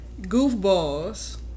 Goofballs